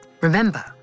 Remember